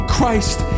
Christ